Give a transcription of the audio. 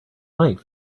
night